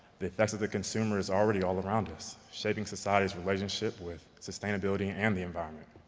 the effects of the consumer is already all around us, shaping society's relationship with sustainability and the environment.